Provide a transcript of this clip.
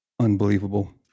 Unbelievable